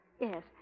Yes